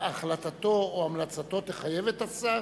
החלטתו או המלצתו תחייב את השר?